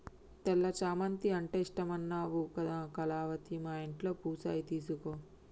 తెల్ల చామంతి అంటే ఇష్టమన్నావు కదా కళావతి మా ఇంట్లో పూసాయి తీసుకో